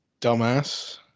dumbass